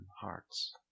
hearts